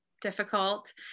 difficult